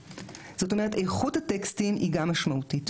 זאת אומרת, איכות הטקסטים היא גם משמעותית.